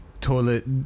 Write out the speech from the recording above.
toilet